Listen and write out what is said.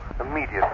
immediately